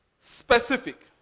Specific